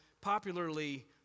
popularly